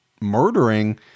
murdering